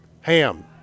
Ham